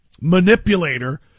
manipulator